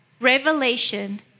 Revelation